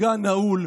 הגן נעול,